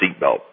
seatbelt